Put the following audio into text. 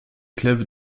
clubs